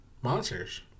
monsters